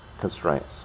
constraints